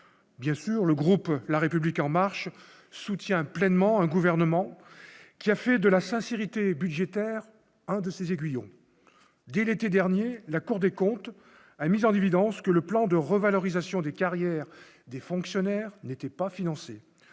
bien sûr, le groupe la République en marche soutient pleinement un gouvernement qui a fait de la sincérité budgétaire, un de ces aiguillon dès l'été dernier, la Cour des comptes a mis en évidence que le plan de revalorisation des carrières des fonctionnaires n'étaient pas financés